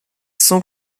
sans